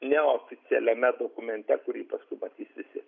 neoficialiame dokumente kurį paskui matys visi